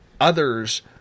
others